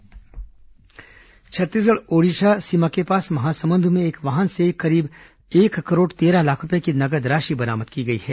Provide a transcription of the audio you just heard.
महासमुंद राशि बरामद छत्तीसगढ़ ओडिशा सीमा के पास महासमुंद में एक वाहन से करीब एक करोड़ तेरह लाख रूपये की नगद राशि बरामद की गई है